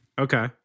Okay